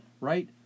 Right